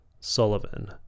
Sullivan